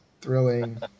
thrilling